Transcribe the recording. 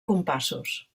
compassos